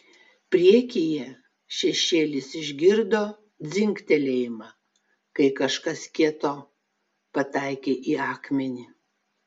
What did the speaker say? priekyje šešėlis išgirdo dzingtelėjimą kai kažkas kieto pataikė į akmenį